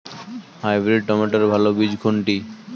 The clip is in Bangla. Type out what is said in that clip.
হাইব্রিড টমেটোর ভালো বীজ কোনটি?